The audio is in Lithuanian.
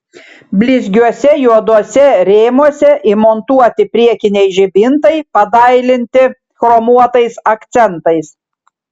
blizgiuose juoduose rėmuose įmontuoti priekiniai žibintai padailinti chromuotais akcentais